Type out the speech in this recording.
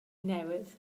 newydd